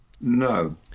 no